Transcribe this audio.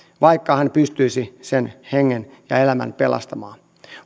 vaikka hän pystyisi sen hengen ja elämän pelastamaan